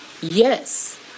Yes